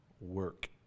work